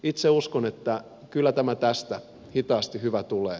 itse uskon että kyllä tämä tästä hitaasti hyvä tulee